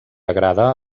agrada